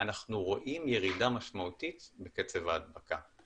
אנחנו רואים ירידה משמעותית בקצב ההדבקה.